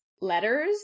letters